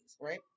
right